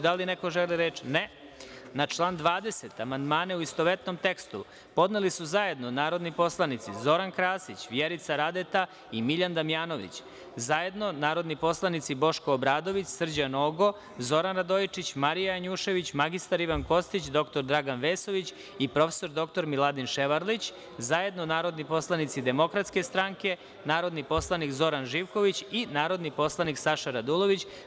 Da li neko želi reč? (Ne) Na član 20. amandmane, u istovetnom tekstu, podneli su zajedno narodni poslanici Zoran Krasić, Vjerica Radeta i Miljan Damjanović, zajedno narodni poslanici Boško Obradović, Srđan Nogo, Zoran Radojičić, Marija Janjušević, mr Ivan Kostić, dr Dragan Vesović i prof. dr Miladin Ševarlić, zajedno narodni poslanici DS, narodni poslanik Zoran Živković i narodni poslanik Saša Radulović.